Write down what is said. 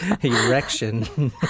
Erection